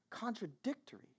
Contradictory